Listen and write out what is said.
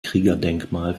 kriegerdenkmal